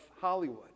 Hollywood